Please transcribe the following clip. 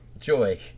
Joy